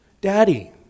daddy